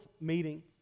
meeting